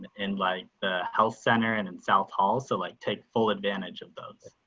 in like the health center and in south hall. so like take full advantage of those.